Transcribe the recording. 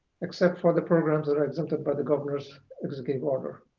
except for the programs and exempted by the governor's executive order.